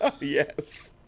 yes